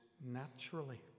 naturally